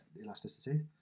elasticity